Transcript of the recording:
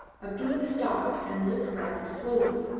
abdulla stopped and looked round slowly.